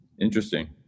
Interesting